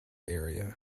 idea